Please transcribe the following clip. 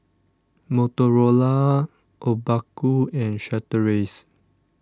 Motorola Obaku and Chateraise